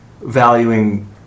valuing